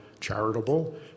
charitable